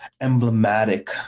emblematic